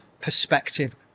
perspective